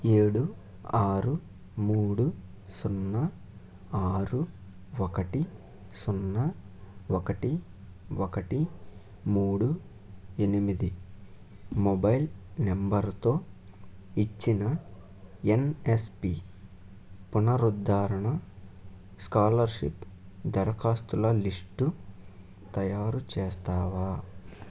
ఏడు ఆరు మూడు సున్నా ఆరు ఒకటి సున్నా ఒకటి ఒకటి మూడు ఎనిమిది మొబైల్ నెంబర్తో ఇచ్చిన ఎన్ఎస్పి పునరుద్దారణ స్కాలర్షిప్ దారకాస్తుల లిస్ట్ తయారు చేస్తావా